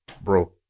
Bro